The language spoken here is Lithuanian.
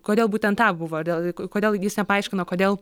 kodėl būtent tą buvo dėl kodėl jis nepaaiškino kodėl